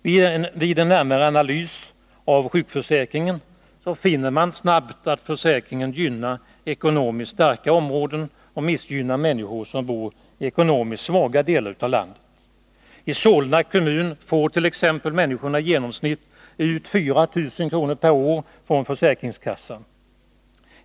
Vid en närmare analys av sjukförsäkringen finner man snabbt att försäkringen gynnar ekonomiskt starka områden och missgynnar människor som bor i ekonomiskt svaga delar av landet. I Solna kommun får t.ex. människorna i genomsnitt ut 4 000 kr. per år från försäkringskassan.